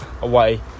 away